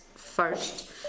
first